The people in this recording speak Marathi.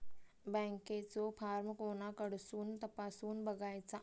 बँकेचो फार्म कोणाकडसून तपासूच बगायचा?